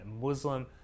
Muslim